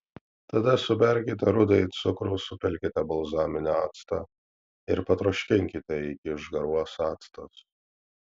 tada suberkite rudąjį cukrų supilkite balzaminį actą ir patroškinkite iki išgaruos actas